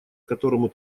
которому